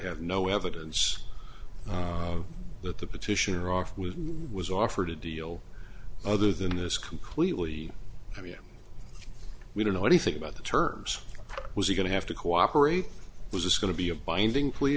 have no evidence that the petitioner off was was offered a deal other than this completely i mean we don't know anything about the terms was he going to have to cooperate it was just going to be a binding plea